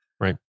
Right